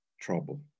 trouble